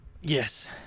Yes